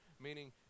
Meaning